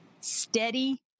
steady